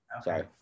Sorry